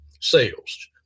sales